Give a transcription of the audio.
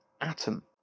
Atom